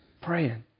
Praying